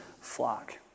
flock